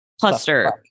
cluster-